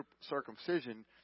circumcision